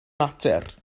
natur